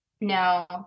no